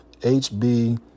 HB